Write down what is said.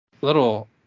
little